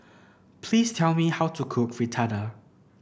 please tell me how to cook Fritada